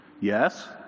Yes